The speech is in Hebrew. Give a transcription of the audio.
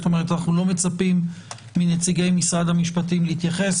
אנחנו לא מצפים מנציגי משרד המשפטים להתייחס,